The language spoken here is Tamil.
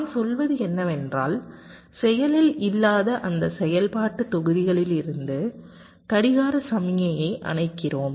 நான் சொல்வது என்னவென்றால் செயலில் இல்லாத அந்த செயல்பாட்டு தொகுதிகளிலிருந்து கடிகார சமிக்ஞையை அணைக்கிறோம்